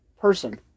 person